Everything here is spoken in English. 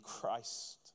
Christ